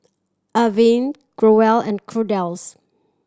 Avene Growell and Kordel's